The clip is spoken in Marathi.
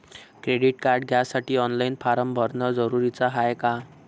क्रेडिट कार्ड घ्यासाठी ऑनलाईन फारम भरन जरुरीच हाय का?